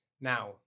Now